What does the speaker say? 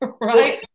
right